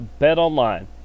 BetOnline